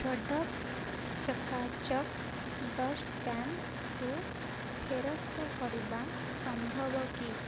product ଚକାଚକ୍ dust ପ୍ୟାନ୍କୁ ଫେରସ୍ତ କରିବା ସମ୍ଭବ କି